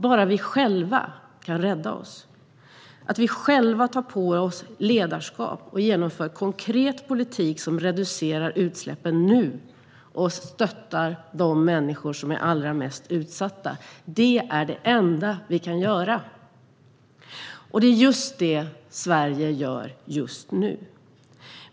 Bara vi själva kan rädda oss - att vi själva tar på oss ledarskap och genomför konkret politik som reducerar utsläppen nu och stöttar de människor som är allra mest utsatta. Det är det enda vi kan göra. Och det är just det som Sverige gör just nu.